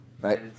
right